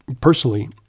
personally